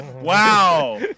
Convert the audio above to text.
Wow